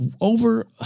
over